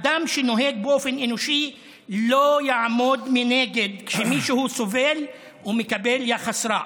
אדם שנוהג באופן אנושי לא יעמוד מנגד כשמישהו סובל או מקבל יחס רע.